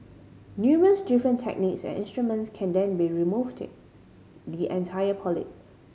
numerous different techniques and instruments can then be remove the entire polyp